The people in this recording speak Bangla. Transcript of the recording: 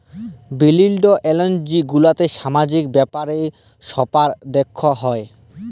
বিভিল্য এনজিও গুলাতে সামাজিক ব্যাপার স্যাপার দ্যেখা হ্যয়